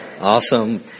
Awesome